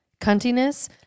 cuntiness